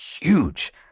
huge